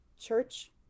church